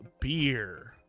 Beer